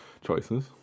choices